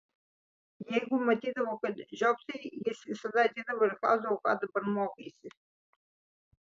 jeigu matydavo kad žiopsai jis visada ateidavo ir klausdavo ką dabar mokaisi